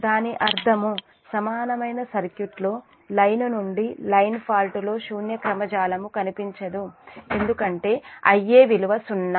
దాని అర్థము సమానమైన సర్క్యూట్ లో లైన్ నుండి లైన్ ఫాల్ట్ లో శూన్య క్రమ జాలము కనిపించదు ఎందుకంటే Ia విలువ సున్నా